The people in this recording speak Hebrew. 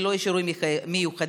ללא אישורים מיוחדים,